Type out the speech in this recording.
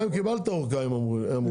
אתה בינתיים קיבלת ארכה, הם אומרים.